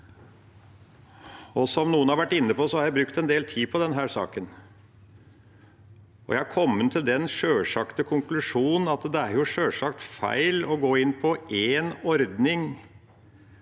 Som noen har vært inne på, har jeg brukt en del tid på denne saken. Jeg har kommet til den sjølsagte konklusjonen at det er feil å gå inn på én ordning